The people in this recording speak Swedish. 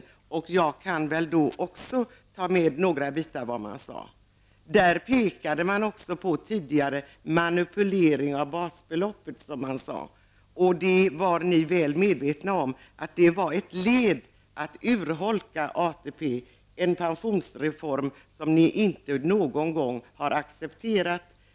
Därför kan jag också gå in något på något av det som sades vid det aktuella tillfället. Man pekade på tidigare manipulering av basbeloppet. Ni var väl medvetna om att det var ett led i urholkningen av ATP, en pensionsreform som ni aldrig har accepterat.